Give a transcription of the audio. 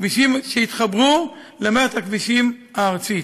כבישים שיתחברו למערכת הכבישים הארצית.